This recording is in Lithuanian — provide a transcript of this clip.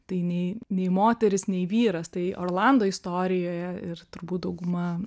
tai nei nei moteris nei vyras tai orlando istorijoje ir turbūt dauguma